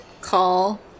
call